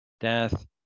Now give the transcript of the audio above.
death